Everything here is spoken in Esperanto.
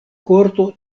korto